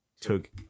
took